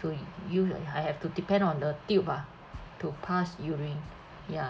to use I I have to depend on the tube ah to pass urine ya